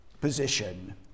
position